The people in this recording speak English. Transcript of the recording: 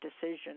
decision